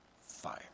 Fire